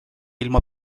ilma